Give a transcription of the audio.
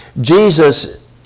Jesus